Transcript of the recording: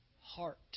heart